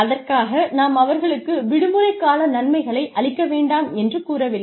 அதற்காக நாம் அவர்களுக்கு விடுமுறைக் கால நன்மைகளை அளிக்க வேண்டாம் என்று கூறவில்லை